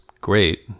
great